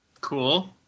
Cool